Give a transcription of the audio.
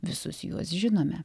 visus juos žinome